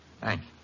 Thanks